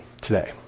today